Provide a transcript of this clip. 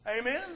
Amen